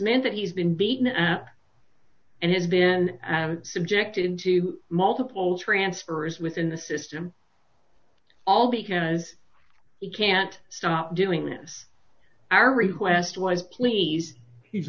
meant that he's been beaten and has been subjected into multiple transfers within the system all because he can't stop doing this our request was please he's